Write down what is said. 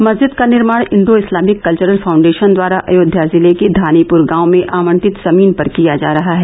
मस्जिद का निर्माण इंडो इस्लामिक कल्वरल फाउंडेशन द्वारा अयोध्या जिले के धानीपुर गांव में आवंटित जमीन पर किया जा रहा है